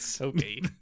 Okay